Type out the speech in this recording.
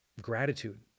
gratitude